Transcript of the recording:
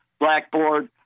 blackboard